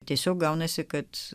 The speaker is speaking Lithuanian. tiesiog gaunasi kad